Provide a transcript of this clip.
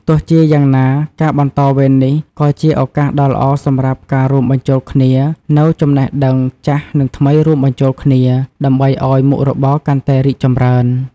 ទោះជាយ៉ាងណា ការបន្តវេននេះក៏ជាឱកាសដ៏ល្អសម្រាប់ការរួមបញ្ចូលគ្នានូវចំណេះដឹងចាស់និងថ្មីរួមបញ្ចូលគ្នា ដើម្បីអោយមុខរបរកាន់តែរីកចម្រើន។